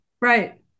right